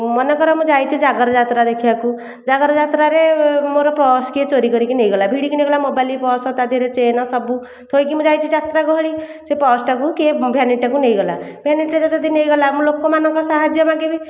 ମନେକର ମୁଁ ଯାଇଛି ଜାଗର ଯାତ୍ରା ଦେଖିବାକୁ ଜାଗର ଯାତ୍ରାରେ ମୋର ପର୍ସ କିଏ ଚୋରୀ କରିକି ନେଇଗଲା ଭିଡ଼ିକି ନେଇଗଲା ମୋବାଇଲ୍ ପର୍ସ ତା ଦିହରେ ଚେନ୍ ସବୁ ଥୋଇକି ମୁଁ ଯାଇଛି ଯାତ୍ରା ଗହଳି ସେ ପର୍ସଟାକୁ କିଏ ଭେନିଟିଟାକୁ ନେଇଗଲା ଭେନିଟିଟା ଯଦି ନେଇଗଲା ମୁଁ ଲୋକମାନଙ୍କ ସାହାଯ୍ୟ ମାଗିବି